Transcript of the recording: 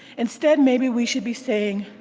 instead, maybe we should be saying,